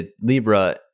Libra